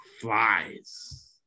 flies